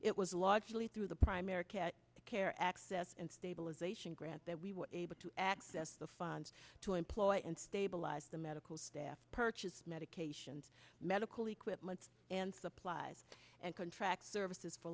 it was largely through the primary care the care access and stabilization grant that we were able to access the funds to employ and stabilize the medical staff purchase medications medical equipment and supplies and contract services for